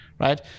right